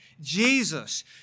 Jesus